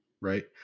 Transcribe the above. Right